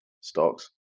stocks